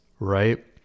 Right